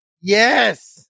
Yes